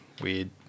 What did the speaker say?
weird